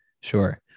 Sure